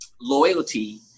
loyalty